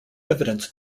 evidence